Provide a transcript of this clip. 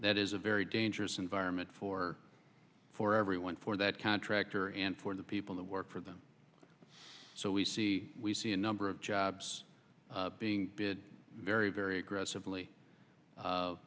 that is a very dangerous environment for for everyone for that contractor and for the people who work for them so we see we see a number of jobs being bid very very aggressively